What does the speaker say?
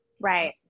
right